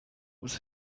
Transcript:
was